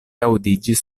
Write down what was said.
aŭdiĝis